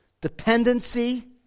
dependency